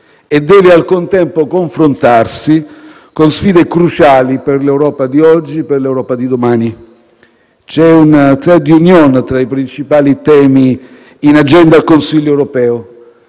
e deve al contempo confrontarsi con sfide cruciali per l'Europa di oggi e domani. C'è un *trait d'union* tra i principali temi in agenda al Consiglio europeo.